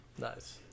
Nice